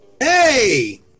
Hey